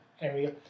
area